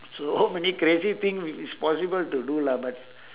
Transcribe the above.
so many crazy thing i~ it's possible to do lah but